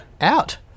Out